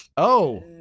oh